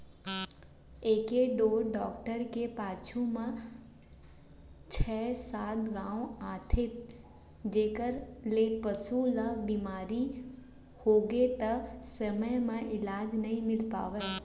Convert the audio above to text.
एके ढोर डॉक्टर के पाछू म छै सात गॉंव आथे जेकर ले पसु ल बेमारी होगे त समे म इलाज नइ मिल पावय